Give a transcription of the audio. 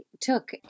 took